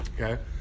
Okay